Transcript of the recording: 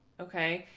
ok,